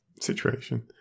situation